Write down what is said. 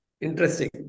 interesting